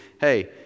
hey